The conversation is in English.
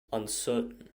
uncertain